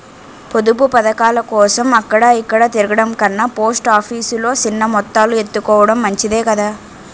పొదుపు పదకాలకోసం అక్కడ ఇక్కడా తిరగడం కన్నా పోస్ట్ ఆఫీసు లో సిన్న మొత్తాలు ఎత్తుకోడం మంచిదే కదా